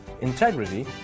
integrity